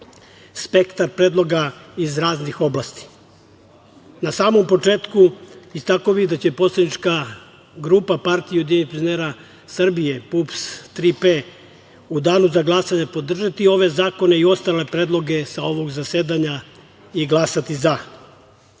spektar predloga iz raznih oblasti. Na samom početku, istakao bih da će poslanička grupa Partija ujedinjenih penzionera Srbije PUPS - „Tri P“ u danu za glasanje podržati ove zakone i ostale predloge sa ovog zasedanja i glasati za.U